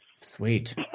Sweet